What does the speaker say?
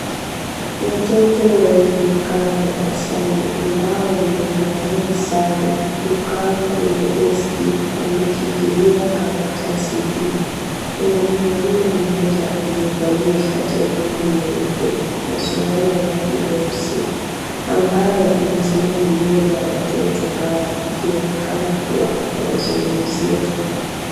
Watoto waliokaa darasani ambao wamevalia sare na kukaa kwenye deski wameshikilia karatasi juu. Kuna mwanaume mmoja aliyevalia shati ya rangi nyeupe na suruali ya rangi nyeusi ambaye amesimama mbele ya watoto hao akionekana kuwa anawazungumzia.